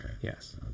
Yes